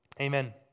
Amen